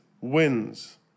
wins